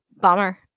Bummer